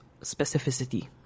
specificity